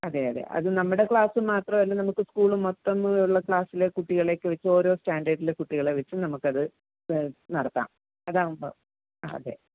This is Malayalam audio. അതെ അതെ അത് നമ്മുടെ ക്ലാസ് മാത്രം അല്ല നമുക്ക് സ്കൂൾ മൊത്തം ഉള്ള ക്ലാസ്സിലെ കുട്ടികളെ ഒക്കെ വെച്ച് ഓരോ സ്റ്റാൻഡേഡിലെ കുട്ടികളെ വെച്ചും നമുക്കത് നടത്താം അതാവുമ്പോൾ അതെ